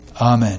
Amen